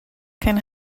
can